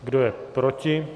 Kdo je proti?